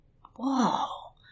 Whoa